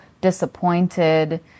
disappointed